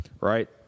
Right